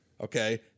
Okay